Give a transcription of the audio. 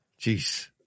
Jeez